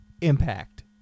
Impact